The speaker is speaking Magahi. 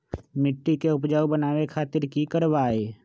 मिट्टी के उपजाऊ बनावे खातिर की करवाई?